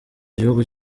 gihugu